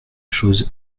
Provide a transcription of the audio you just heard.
chose